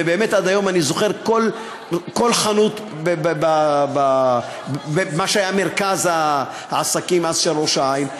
ובאמת עד היום אני זוכר כל חנות במה שהיה אז מרכז העסקים של ראש-העין.